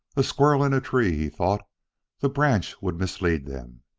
a squirrel in a tree, he thought the branch would mislead them.